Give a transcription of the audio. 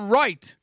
right